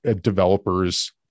developers